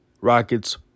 Rockets